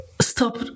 Stop